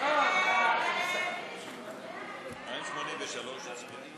סעיף 84 נתקבל.